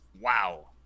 wow